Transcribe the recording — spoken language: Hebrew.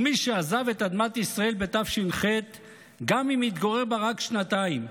פליט הוא מי שעזב את אדמת ישראל בתש"ח גם אם התגורר בה רק שנתיים,